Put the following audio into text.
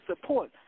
support